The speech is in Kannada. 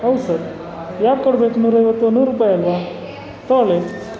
ಹೌದ್ ಸರ್ ಯಾಕೆ ಕೊಡ್ಬೇಕು ನೂರೈವತ್ತು ನೂರು ರುಪಾಯಿ ಅಲ್ಲವಾ ತಗೋಳಿ